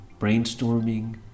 brainstorming